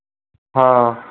हाँ